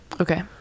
Okay